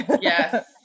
Yes